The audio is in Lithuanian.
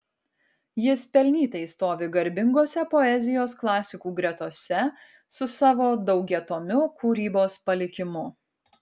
jis pelnytai stovi garbingose poezijos klasikų gretose su savo daugiatomiu kūrybos palikimu